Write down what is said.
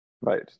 Right